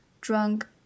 drunk